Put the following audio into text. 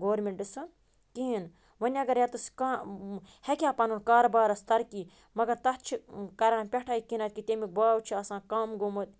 گورمنٹہٕ سُنٛد کِہیٖنۍ وٕنۍ اگر یَتَس کانٛہہ ہٮ۪کہِ ہا پَنُن کارٕبارَس ترقی مگر تَتھ چھِ کران پٮ۪ٹھٕے کِنِیٚتھ تمیُک باو چھِ آسان کَم گومُت